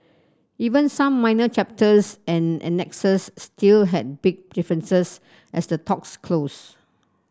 even some minor chapters and annexes still had big differences as the talks closed